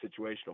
situational